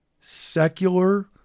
secular